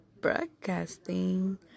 broadcasting